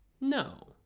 No